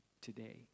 today